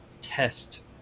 test